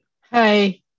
Hi